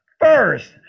first